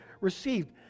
received